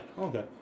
Okay